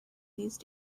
these